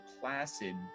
placid